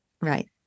Right